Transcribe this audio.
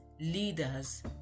leaders